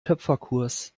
töpferkurs